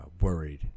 worried